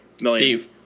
million